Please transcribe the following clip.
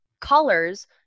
colors